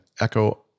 Echo